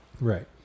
Right